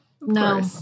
No